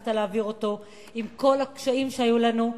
והצלחת להעביר אותו עם כל הקשיים שהיו לנו,